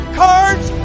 cards